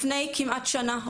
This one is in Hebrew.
לפני כמעט שנה,